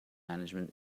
management